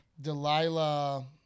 Delilah